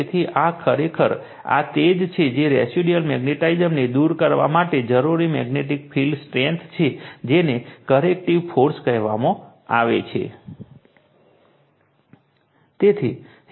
તેથી આ ખરેખર આ તે છે જે રેસિડયુઅલ મૅગ્નેટાઝમને દૂર કરવા માટે જરૂરી મેગ્નેટિક ફિલ્ડ સ્ટ્રેંથ છે જેને કરેક્ટિવ ફોર્સ કહેવામાં આવે છે